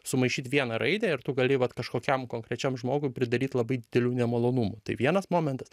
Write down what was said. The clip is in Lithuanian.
sumaišyt vieną raidę ir tu gali vat kažkokiam konkrečiam žmogui pridaryt labai didelių nemalonumų tai vienas momentas